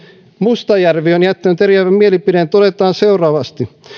mustajärvi on jättänyt eriävän mielipiteen todetaan seuraavasti